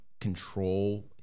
control